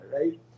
right